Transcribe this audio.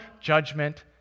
judgment